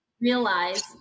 realize